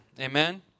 Amen